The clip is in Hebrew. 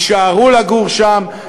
יישארו לגור שם,